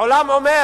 העולם אומר